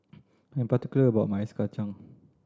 I'm particular about my ice kacang